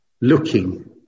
looking